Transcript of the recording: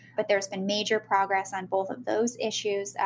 but there's been major progress on both of those issues.